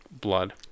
blood